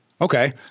Okay